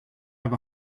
have